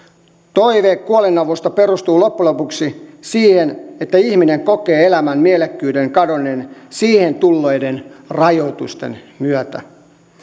toive kuolinavusta perustuu loppujen lopuksi siihen että ihminen kokee elämän mielekkyyden kadonneen siihen tulleiden rajoitusten myötä